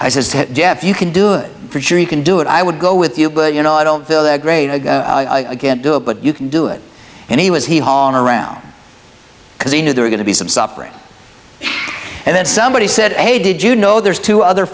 jeff you can do it for sure you can do it i would go with you but you know i don't feel the great i can't do it but you can do it and he was he han around because he knew they were going to be some suffering and then somebody said hey did you know there's two other